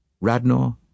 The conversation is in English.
Radnor